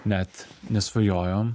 net nesvajojom